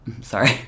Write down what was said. Sorry